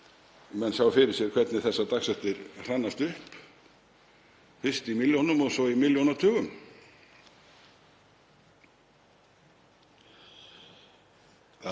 menn sjá fyrir sér hvernig þessar dagsektir hrannast upp, fyrst í milljónum og svo í milljónatugum. Það